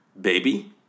baby